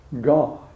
God